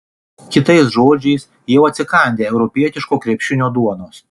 kitais žodžiais jau atsikandę europietiško krepšinio duonos